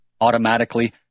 automatically